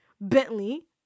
Bentley